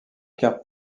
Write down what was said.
cartes